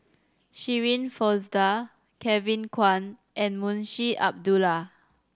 Shirin Fozdar Kevin Kwan and Munshi Abdullah